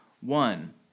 one